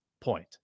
point